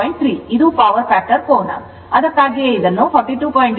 3 ಇದು power factor ಕೋನ ಅದಕ್ಕಾಗಿಯೇ ಇದನ್ನು 42